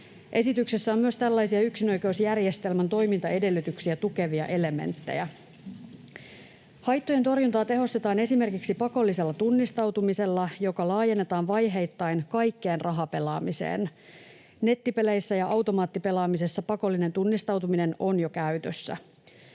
Esityksessä on myös tällaisia yksinoikeusjärjestelmän toimintaedellytyksiä tukevia elementtejä. Haittojen torjuntaa tehostetaan esimerkiksi pakollisella tunnistautumisella, joka laajennetaan vaiheittain kaikkeen rahapelaamiseen. Nettipeleissä ja automaattipelaamisessa pakollinen tunnistautuminen on jo käytössä.